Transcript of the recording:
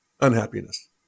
unhappiness